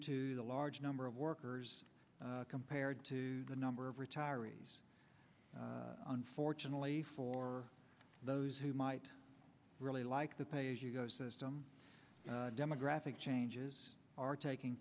to the large number of workers compared to the number of retirees unfortunately for those who might really like the pay as you go system demographic changes are taking